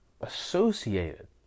associated